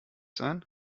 sein